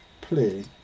play